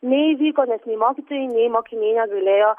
neįvyko nes nei mokytojai nei mokiniai negalėjo